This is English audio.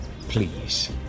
please